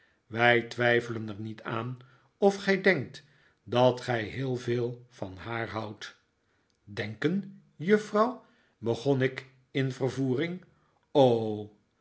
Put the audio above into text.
wij twijfelea er niet aan of gij denkt dat gij heel veel van haar hpudt denken juffrouw begon ik in vervoering